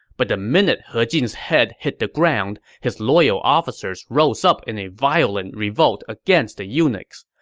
but the minute he jin's head hit the ground, his loyal officers rose up in a violent revolt against the eunuchs.